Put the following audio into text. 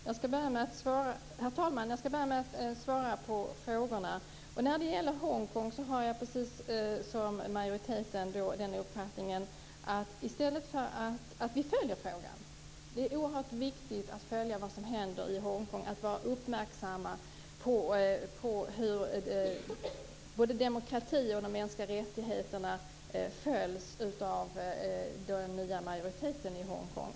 Herr talman! Jag skall börja med att svara på frågorna. När det gäller Hongkong har jag precis som majoriteten den uppfattningen att vi skall följa frågan. Det är oerhört viktigt att följa vad som händer i Hongkong, att vara uppmärksam på hur både demokrati och de mänskliga rättigheterna följs upp av den nya majoriteten i Hongkong.